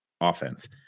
offense